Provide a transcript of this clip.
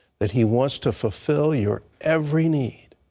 that he wants to fulfill your every need.